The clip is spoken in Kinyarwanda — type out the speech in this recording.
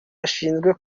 gashinzwe